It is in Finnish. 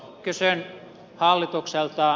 kysyn hallitukselta